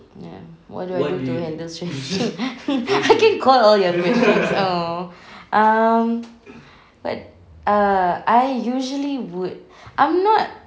ya what do I do to handle stress I can call all your reference !aww! but err I usually would I'm not